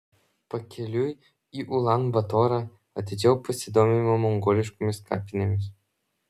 pakeliui į ulan batorą atidžiau pasidomime mongoliškomis kapinėmis